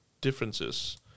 differences